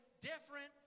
different